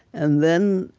and then,